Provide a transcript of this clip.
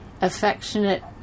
affectionate